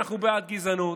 אנחנו בעד גזענות,